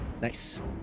Nice